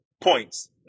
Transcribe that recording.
points